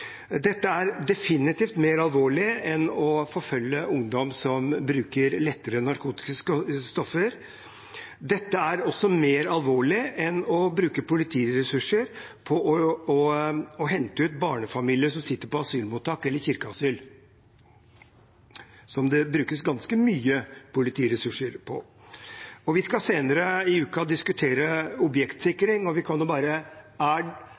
Dette er definitivt mer alvorlig enn å forfølge ungdom som bruker lettere narkotiske stoffer, dette er også mer alvorlig enn å bruke politiressurser på å hente ut barnefamilier som sitter på asylmottak eller i kirkeasyl, som det brukes ganske mye politiressurser på. Vi skal senere i uken diskutere